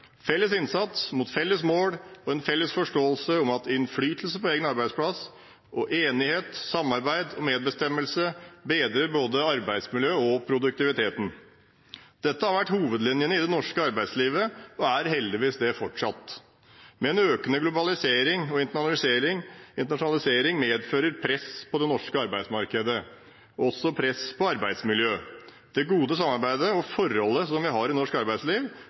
felles innsats mot felles mål, og en felles forståelse om at innflytelse på egen arbeidsplass, enighet, samarbeid og medbestemmelse bedrer både arbeidsmiljøet og produktiviteten. Dette har vært hovedlinjene i det norske arbeidslivet og er det heldigvis fortsatt. Men økende globalisering og internasjonalisering medfører press på det norske arbeidsmarkedet og også press på arbeidsmiljøet. Det gode samarbeidet og forholdene vi har i norsk arbeidsliv,